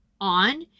on